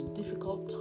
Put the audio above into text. difficult